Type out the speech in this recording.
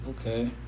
Okay